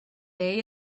day